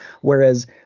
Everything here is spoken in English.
Whereas